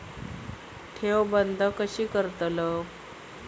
ठेव बंद कशी करतलव?